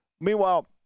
Meanwhile